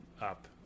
up